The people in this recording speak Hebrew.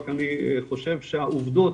רק אני חושב שהעובדות,